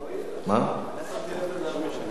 ועדת החינוך.